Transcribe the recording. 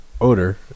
odor